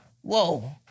whoa